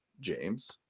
James